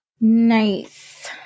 Nice